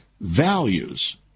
values